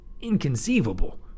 inconceivable